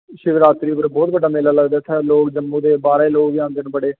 शिवरात्री उप्पर बहुत बड्डा मेला लगदा ऐ इत्थै लोक जम्मू दे बाह्रे दे लोक बी औंदे न बड़े